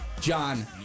John